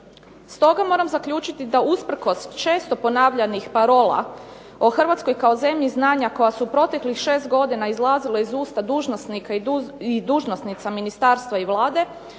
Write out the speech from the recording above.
Stoga moram zaključiti da usprkos često ponavljanih parola o Hrvatskoj kao zemlji znanja koja su proteklih šest godina izlazila iz usta dužnosnika i dužnosnica ministarstva i Vlade